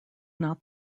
not